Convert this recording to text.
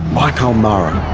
like ulmarra.